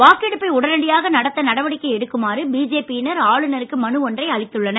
வாக்கெடுப்பை உடனடியாக நடத்த நடவடிக்கை எடுக்குமாறு பிஜேபி யினர் ஆளுநருக்கு மனு ஒன்றை அளித்துள்ளனர்